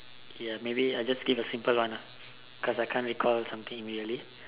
ya maybe I just give a simple one lah because I can't recall something immediately